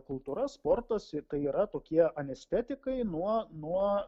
kultūra sportas ir tai yra tokie anestetikai nuo nuo